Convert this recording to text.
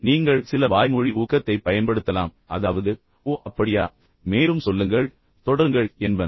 எனவே நீங்கள் சில வாய்மொழி ஊக்கத்தைப் பயன்படுத்தலாம் அதாவது நான் பார்க்கிறேன் மேலும் சொல்லுங்கள் தொடருங்கள் என்பன